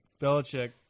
Belichick